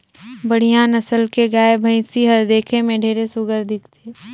बड़िहा नसल के गाय, भइसी हर देखे में ढेरे सुग्घर दिखथे